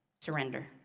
Surrender